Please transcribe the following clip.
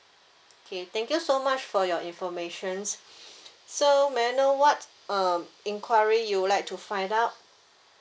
okay thank you so much for your informations so may I know what um inquiry you would like to find out